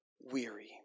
weary